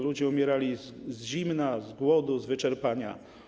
Ludzie umierali z zimna, głodu, wyczerpania.